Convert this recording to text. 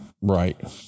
Right